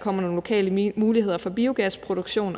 kommer nogle lokale muligheder for biogasproduktion